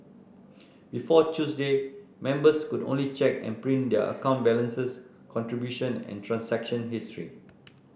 before Tuesday members could only check and print their account balances contribution and transaction history